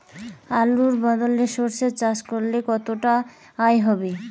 আলুর বদলে সরষে চাষ করলে কতটা আয় হবে?